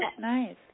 Nice